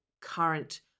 current